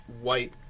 white